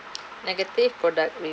negative product